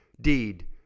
deed